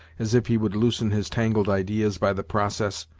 as if he would loosen his tangled ideas by the process.